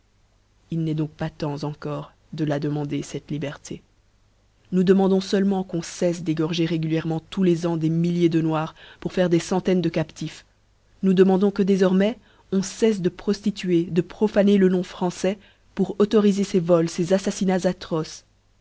il n'eft donc pas temps encore de la demander cette liberté nous demandons feulement qu'on cefle d'égorger régulièrement tous les ans des'milhers de noirs pour faire des centaines de captifs nous demandons que déformais on ceflè de proftituer de profaner le nom françois pour autorîferces vols ces affaffinats atroces